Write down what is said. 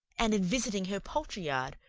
and in visiting her poultry-yard,